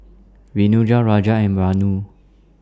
Raja and Vanu